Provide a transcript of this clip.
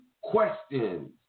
questions